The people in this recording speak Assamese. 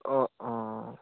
অঁ অঁ